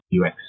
UX